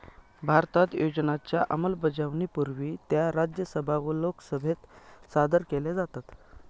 भारतात योजनांच्या अंमलबजावणीपूर्वी त्या राज्यसभा व लोकसभेत सादर केल्या जातात